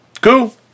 Cool